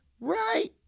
Right